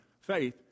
faith